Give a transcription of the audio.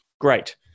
Great